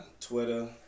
twitter